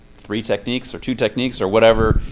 three techniques or two techniques or whatever,